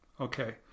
Okay